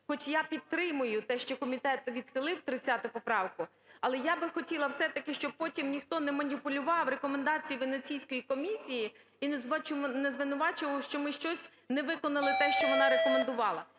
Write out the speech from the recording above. хоч я підтримую те, що комітет відхилив, 30 поправку, - але я би хотіла все-таки, щоб потім ніхто не маніпулював, рекомендації Венеційської комісії, і не звинувачував, що ми щось не виконали те, що вона рекомендувала.